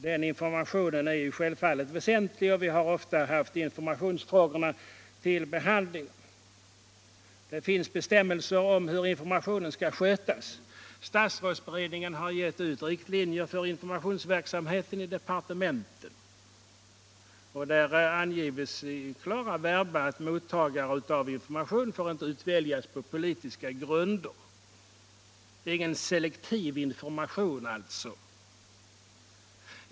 Den informationen är självfallet väsentlig. Vi har ofta haft informationsfrågorna uppe till behandling. Och det finns bestämmelser 35 om hur den informationen skall skötas. Statsrådsberedningen har givit ut riktlinjer för informationsverksamheten i departementen. Där anges i klara verba att mottagare av information inte får utväljas på politiska grunder. Det är alltså ingen selektiv information.